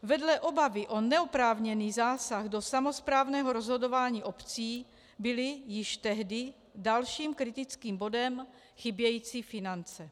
Vedle obavy o neoprávněný zásah do samosprávného rozhodování obcí byly již tehdy dalším kritickým bodem chybějící finance.